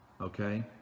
okay